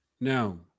No